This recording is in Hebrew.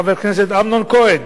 חבר הכנסת אמנון כהן,